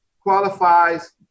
qualifies